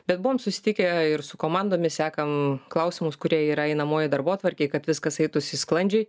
bet buvom susitikę ir su komandomis sekam klausimus kurie yra einamojoj darbotvarkėj kad viskas eitųsi sklandžiai